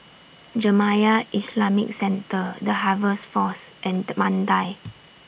Jamiyah Islamic Centre The Harvest Force and Mandai